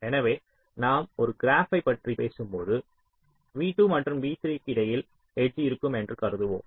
எனவே நாம் ஒரு கிராப்பைப் பற்றி பேசும்போது v2 மற்றும் v3 க்கு இடையில் எட்ஜ் இருக்கும் என்று கருதுவோம்